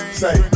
say